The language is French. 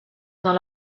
dans